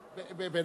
השנה,